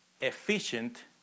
efficient